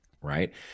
right